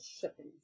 shipping